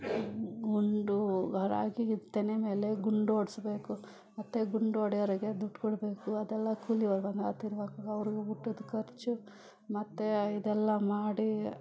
ಗುಂಡು ರಾಗಿಗೆ ತೆನೆ ಮೇಲೆ ಗುಂಡೋಡೆಸ್ಬೇಕು ಮತ್ತೆ ಗುಂಡೊಡೆಯೋರಿಗೆ ದುಡ್ಡು ಕೊಡಬೇಕು ಅದೆಲ್ಲ ಕೂಲಿಯವ್ರು ಬಂದು ಅವ್ರಿಗೆ ಊಟದ ಖರ್ಚು ಮತ್ತೆ ಇದೆಲ್ಲ ಮಾಡಿ